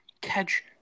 catch